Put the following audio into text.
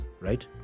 right